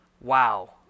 wow